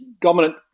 dominant